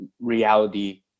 reality